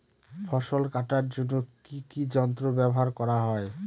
ফসল কাটার জন্য কি কি যন্ত্র ব্যাবহার করা হয়?